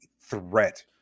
threat